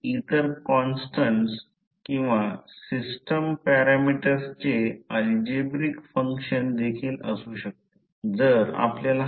तर जेथे r relative permeability आहे आणि r flux density in material flux density in vacuum म्हणून परिभाषित केले जाते